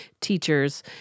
teachers